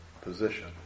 position